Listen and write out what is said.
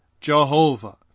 Jehovah